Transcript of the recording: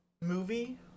movie